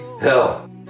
hell